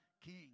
king